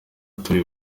turi